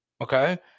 okay